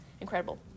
incredible